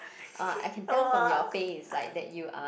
uh I can tell from your face like that you are